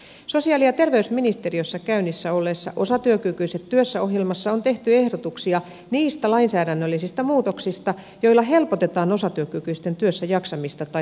sosiaali ja terveysministeriössä käynnissä olleessa osatyökykyiset työssä ohjelmassa on tehty ehdotuksia niistä lainsäädännöllisistä muutoksista joilla helpotetaan osatyökykyisten työssäjaksamista tai työllistymistä